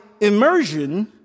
immersion—